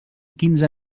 quinze